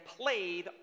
played